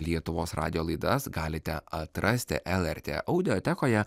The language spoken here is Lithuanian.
lietuvos radijo laidas galite atrasti lrt audiotekoje